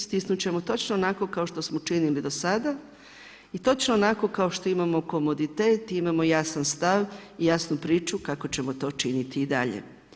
Stisnut ćemo točno onako kao što smo činili do sada i točno onako kao što imamo komoditet, imamo jasan stav i jasnu priču kako ćemo to činiti i dalje.